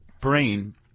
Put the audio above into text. brain